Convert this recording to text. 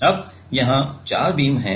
अबयहाँ 4 beam हैं